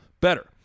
better